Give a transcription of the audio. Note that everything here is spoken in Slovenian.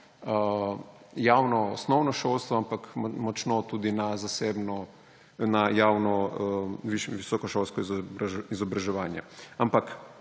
javno osnovno šolstvo, ampak močno tudi na javno visokošolsko izobraževanje.